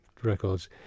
records